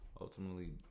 ultimately